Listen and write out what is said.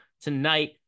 tonight